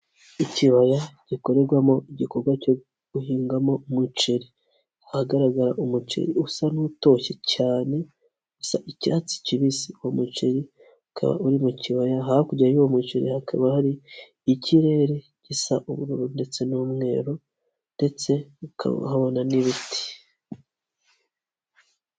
Ikibaya gikorerwamo igikorwa cyo guhingamo umuceri, ahagaragara umuceri usa n'utoshye cyane usa icyatsi kibisi, uwo muceri ukaba uri mu kibaya hakurya y'uwo muceri hakaba hari ikirere gisa ubururu ndetse n'umweru ndetse hakaba habona n'ibiti.